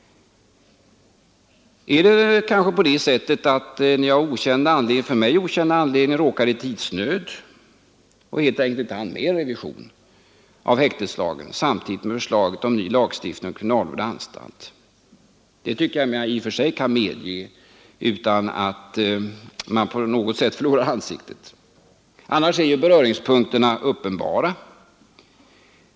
Är det kanske på det sättet att Ni av för mig okänd anledning råkat i tidsnöd och helt enkelt inte hunnit med en revision av häkteslagen samtidigt med förslaget till ny lagstiftning om kriminalvård i anstalt? Det tycker jag att Ni i och för sig kan medge utan att på något sätt förlora ansiktet. Annars är ju beröringspunkterna uppenbara.